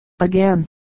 again